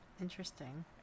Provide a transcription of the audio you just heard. interesting